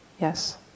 Yes